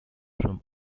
from